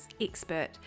expert